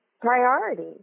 priority